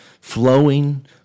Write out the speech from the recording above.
Flowing